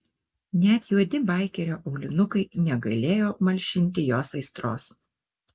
net juodi baikerio aulinukai negalėjo apmalšinti jos aistros